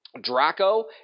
Draco